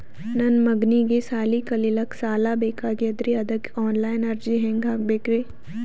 ನನ್ನ ಮಗನಿಗಿ ಸಾಲಿ ಕಲಿಲಕ್ಕ ಸಾಲ ಬೇಕಾಗ್ಯದ್ರಿ ಅದಕ್ಕ ಆನ್ ಲೈನ್ ಅರ್ಜಿ ಹೆಂಗ ಹಾಕಬೇಕ್ರಿ?